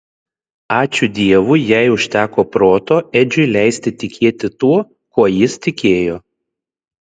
ačiū dievui jai užteko proto edžiui leisti tikėti tuo kuo jis tikėjo